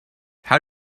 how